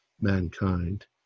mankind